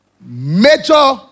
major